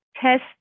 test